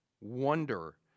wonder